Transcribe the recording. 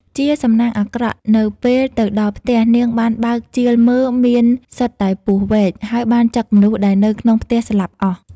ជាសំណាងអាក្រក់ នៅពេលទៅដល់ផ្ទះ នាងបានបើកជាលមើលមានសុទ្ធតែពស់វែក ហើយបានចឹកមនុស្សដែលនៅក្នុងផ្ទះស្លាប់អស់។